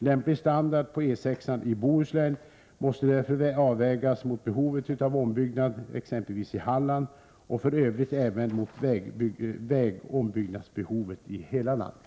Lämplig standard på E 6-an i Bohuslän måste därför avvägas mot behovet av ombyggnad i t.ex. Halland och f. ö. även mot vägombyggnadsbehovet i hela landet.